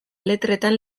letretan